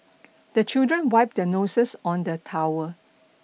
the children wipe their noses on the towel